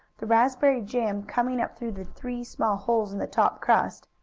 the raspberry jam coming up through the three small holes in the top crust,